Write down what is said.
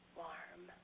warm